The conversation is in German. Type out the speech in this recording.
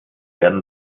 werden